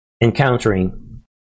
encountering